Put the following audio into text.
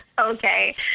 Okay